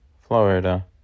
Florida